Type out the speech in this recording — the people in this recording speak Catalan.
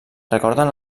recorden